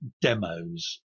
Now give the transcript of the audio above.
demos